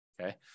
Okay